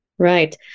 Right